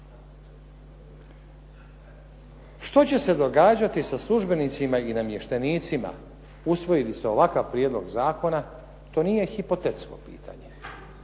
Što će se događati sa službenicima i namještenicima usvoji li se ovakav prijedlog zakona to nije hipotetsko pitanje,